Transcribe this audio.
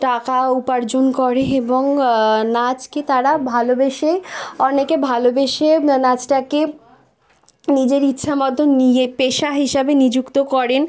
টাকা উপার্জন করে এবং নাচকে তারা ভালবেসে অনেকে ভালবেসে নাচটাকে নিজের ইচ্ছা মতন নিজে পেশা হিসাবে নিযুক্ত করেন